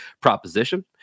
proposition